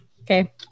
Okay